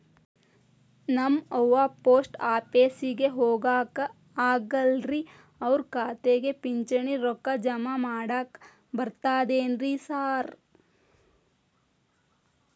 ನಮ್ ಅವ್ವ ಪೋಸ್ಟ್ ಆಫೇಸಿಗೆ ಹೋಗಾಕ ಆಗಲ್ರಿ ಅವ್ರ್ ಖಾತೆಗೆ ಪಿಂಚಣಿ ರೊಕ್ಕ ಜಮಾ ಮಾಡಾಕ ಬರ್ತಾದೇನ್ರಿ ಸಾರ್?